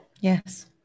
Yes